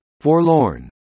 forlorn